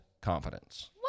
confidence